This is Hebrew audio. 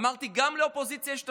אמרתי, גם לאופוזיציה יש תפקיד.